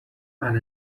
and